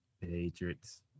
Patriots